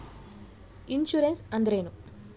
Insurance ಅಂದ್ರೇನು?